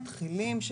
מתחילים,